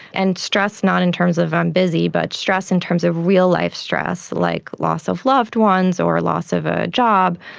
and stress not in terms of i'm busy but stress in terms of real life stress, like loss of loved ones or loss of a job,